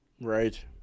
Right